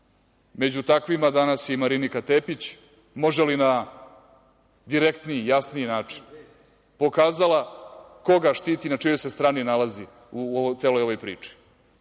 Među takvima danas je i Marinika Tepić, može li na direktniji, jasniji način, pokazala koga štiti i na čijoj se strani nalazi u celoj ovoj priči.